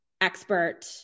expert